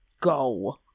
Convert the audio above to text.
go